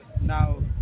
now